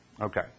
Okay